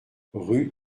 rue